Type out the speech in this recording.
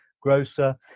grocer